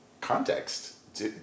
context